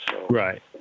Right